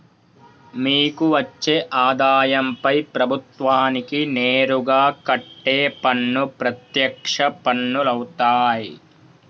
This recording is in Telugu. మీకు వచ్చే ఆదాయంపై ప్రభుత్వానికి నేరుగా కట్టే పన్ను ప్రత్యక్ష పన్నులవుతాయ్